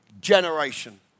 generation